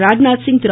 Rajnath Singh Thiru